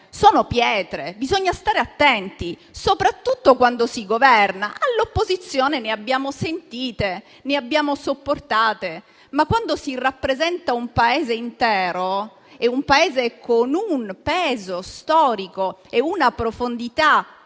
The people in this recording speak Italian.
Sono pietre: bisogna stare attenti, soprattutto quando si governa. Quando eravate all'opposizione ne abbiamo sentite e ne abbiamo sopportate. Ma, quando si rappresenta un Paese intero con un peso storico e una tale profondità,